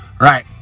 right